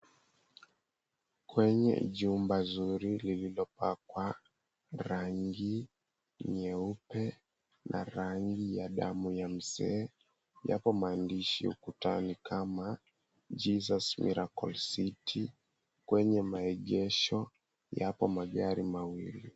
Kwenye jumba zuri lililopakwa rangi nyeupe na rangi ya damu ya mzee yapo maandishi ukutani kama Jesus miracle city. Kwenye maegesho yapo magari mawili.